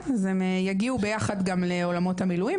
אז הם יגיעו ביחד גם לעולמות המילואים,